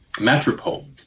metropole